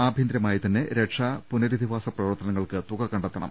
ആഭ്യന്തരമായിത്തന്നെ രക്ഷാ പുനരധിവാസ പ്രവർത്തനങ്ങൾക്ക് തുക കണ്ടെത്തണം